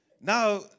Now